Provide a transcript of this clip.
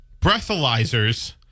breathalyzers